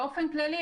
באופן כללי,